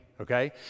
Okay